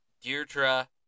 Deirdre